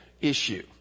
issue